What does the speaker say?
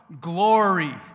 glory